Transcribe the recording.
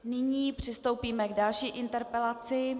Nyní přistoupíme k další interpelaci.